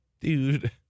Dude